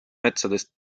metsades